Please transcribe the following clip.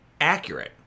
accurate